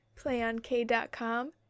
playonk.com